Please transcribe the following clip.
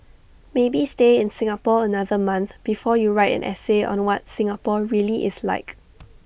maybe stay in Singapore another month before you write an essay on what Singapore really is like